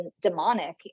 demonic